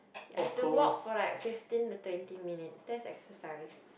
I have to walk for like fifteen to twenty minutes that's exercise